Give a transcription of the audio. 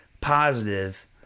positive